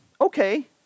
okay